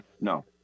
no